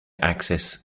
access